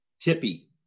tippy